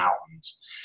mountains